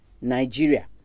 Nigeria